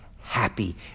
happy